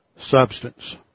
substance